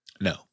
No